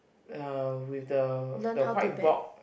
uh with the the whiteboard